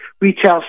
Retail